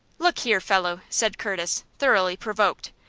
look here, fellow, said curtis, thoroughly provoked,